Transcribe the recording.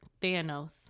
Thanos